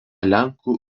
lenkų